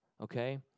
Okay